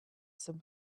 some